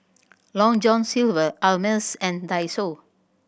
Long John Silver Ameltz and Daiso